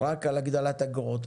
רק על הגדלת אגרות.